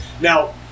Now